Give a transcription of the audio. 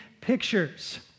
pictures